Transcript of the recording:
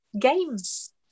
games